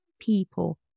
people